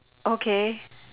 okay